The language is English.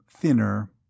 thinner